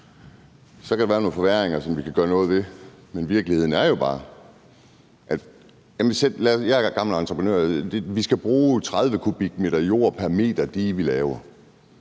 Så kan der være nogle forværringer, som vi kan gøre noget ved. Jeg er gammel entreprenør, og virkeligheden er jo bare, at vi skal bruge 30 m³ jord pr. meter dige, vi laver.